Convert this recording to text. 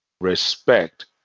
respect